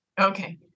Okay